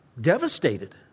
devastated